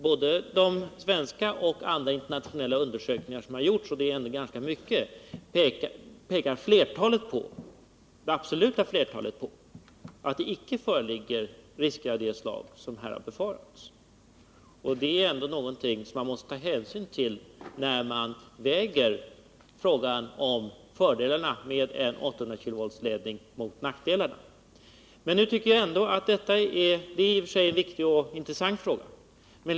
Av både svenska och internationella undersökningar som har gjorts — och det är ändå ganska många — pekar det absoluta flertalet på att det icke föreligger risker av det slag som här har befarats. Detta är ändå någonting som man måste ta hänsyn till när man väger fördelarna med en 800-kV-ledning mot nackdelarna. Detta är i och för sig enviktig och intressant fråga.